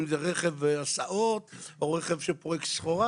אם זה רכב הסעות או רכב שפורק סחורה